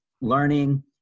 learning